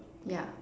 yeah